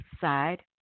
side